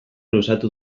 luzatu